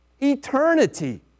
Eternity